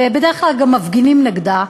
ובדרך כלל גם מפגינים נגדה,